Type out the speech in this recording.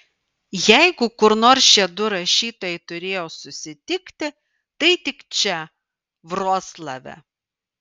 jeigu kur nors šie du rašytojai turėjo susitikti tai tik čia vroclave